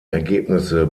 ergebnisse